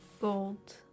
Gold